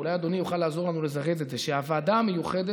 ואולי אדוני יוכל לעזור לנו לזרז את זה: הוועדה המיוחדת